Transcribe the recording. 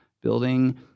Building